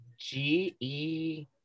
G-E